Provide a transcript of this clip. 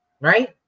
Right